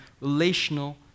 relational